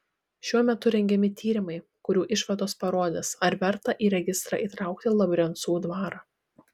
šiuo metu rengiami tyrimai kurių išvados parodys ar verta į registrą įtraukti labrencų dvarą